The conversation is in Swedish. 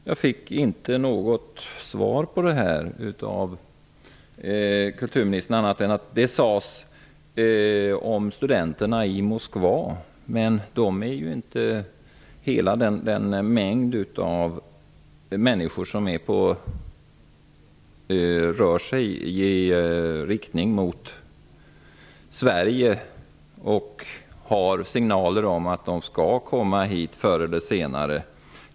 Jag fick inte något annat svar från kulturministern än det sades om studenterna i Moskva, men inte bara de utan också en mängd andra människor är inriktade på att komma till Sverige. Vi har signaler om att många tänker komma hit förr eller senare.